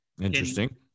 interesting